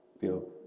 feel